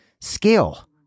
skill